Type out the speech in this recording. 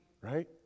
Right